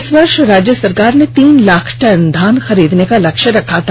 इस वर्ष राज्य सरकार ने तीन लाख टन धान खरीदने का लक्ष्य रखा था